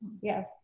yes